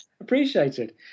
appreciated